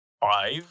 five